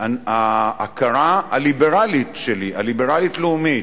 ההכרה הליברלית שלי, הליברלית-לאומית,